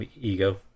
ego